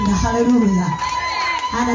hallelujah